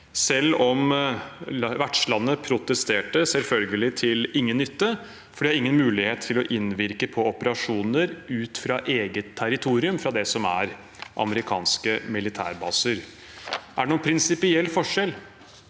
selv om vertslandet protesterte, selvfølgelig til ingen nytte, for det har ingen mulighet til å innvirke på operasjoner fra eget territorium fra det som er amerikanske militærbaser. Er det noen prinsipiell forskjell